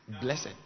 Blessed